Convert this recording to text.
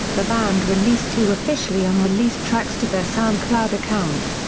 the band released two officially unreleased tracks to their soundcloud account.